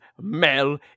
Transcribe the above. Mel